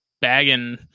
bagging